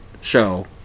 show